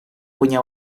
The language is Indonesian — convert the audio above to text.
punya